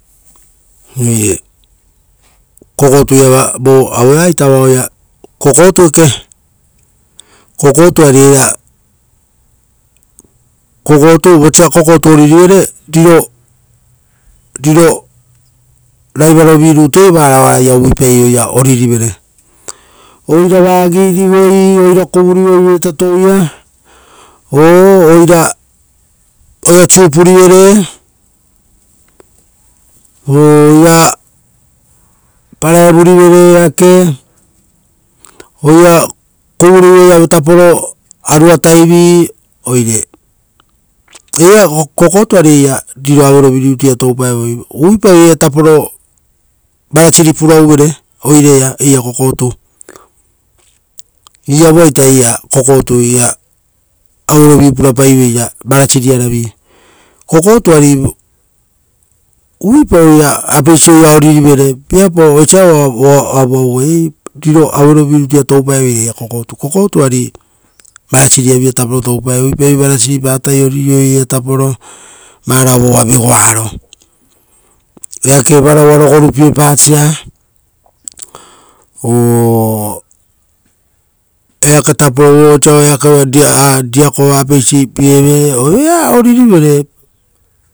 Oire kokotuiava vo aueaita vaoia, eira kokotu. Eira kokotu eke; kokotu vosa oira oririvere, riro raiva ro vi rutuia varao oaraia ro oira oririvere oira vagi rivoi, oira kuvurivoi vetatouia o-oira rovirivere o-oira oririvere uvuapa ovia. Rovi rovu ora oira kuvurivere auetapo aruataivi, oire eira kokotu ari eira riro auerovirutuia toupaevoi, uvuipa oiraia taporo ruvaru purauvere, iera kokotu. Iria-vuaitaeira kokotu iriaia auerovi purapai veira ruvaruara. Kokotu ari uvuipai ra apesi oira oririvere, osa oavuavuvaiei, riro auerovi rutuia toupaeveira eira kokotu. Kokotu iria ruvaruaviva taporo toupaevoi. Uvuipai ra ruvarupatai oriri eira taporo kokotu. Eake varauaro gorupiepasia o-vosa riakova apeisi pieve.